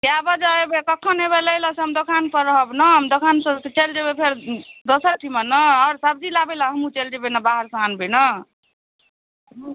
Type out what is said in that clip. कए बजे अयबै कखन अयबै लै लए से हम दोकान पर रहब ने हम दोकान सँ उठि के चलि जेबै फेर दोसर ठिमा ने आओर सब्जी लाबे लए हमहुँ चलि जेबै बाहर सँ आनबै ने